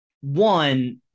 one